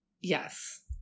Yes